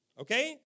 Okay